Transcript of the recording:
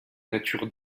nature